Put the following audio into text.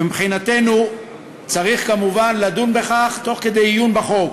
ומבחינתנו צריך כמובן לדון בכך תוך כדי עיון בחוק.